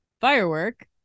Firework